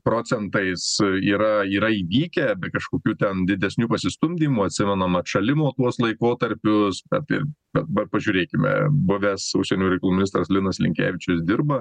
procentais yra yra įvykę kažkokių ten didesnių pasistumdymų atsimenam atšalimo tuos laikotarpius apie bet dabar pažiūrėkime buvęs užsienio reikalų ministras linas linkevičius dirba